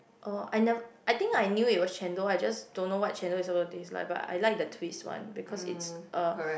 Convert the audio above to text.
oh I never I think I knew it was chendol I just don't know what chendol is about to taste like but I like the twist one because it's uh